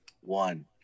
one